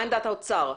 מה עמדת האוצר?